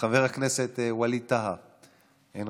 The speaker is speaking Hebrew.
חבר הכנסת ווליד טאהא,